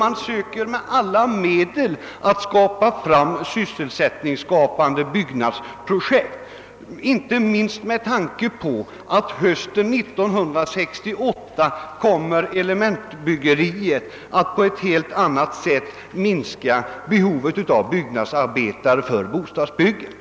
Man söker nu med alla medel att få fram sysselsättningsskapande projekt, inte minst med tanke på att elementbyggeriet hösten 1968 på ett helt annat sätt än hittills kommer att minska behovet av byggnadsarbetare för bostadsproduktionen.